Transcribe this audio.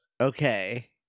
Okay